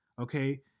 okay